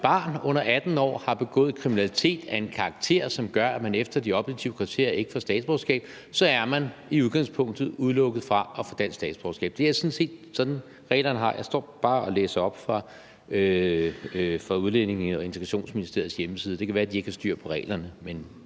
et barn under 18 år, har begået kriminalitet af en karakter, som gør, at man efter de objektive kriterier ikke får statsborgerskab, så er vedkommende i udgangspunktet udelukket fra at få dansk statsborgerskab? Det er sådan set sådan, reglerne er. Jeg står sådan set bare og læser op fra Udlændinge- og Integrationsministeriets hjemmeside. Det kan være, at de ikke har styr på reglerne,